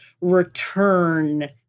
return